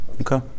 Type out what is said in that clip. Okay